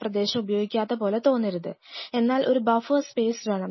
ആ പ്രദേശം ഉപയോഗിക്കാത്ത പോലെ തോന്നരുത് എന്നാൽ ഒരു ബഫർ സ്പേസ് വേണം